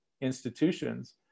institutions